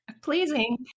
Pleasing